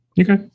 Okay